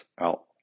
out